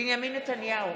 בנימין נתניהו,